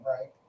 right